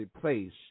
place